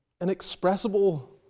inexpressible